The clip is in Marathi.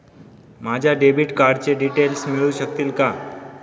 माझ्या डेबिट कार्डचे डिटेल्स मिळू शकतील का?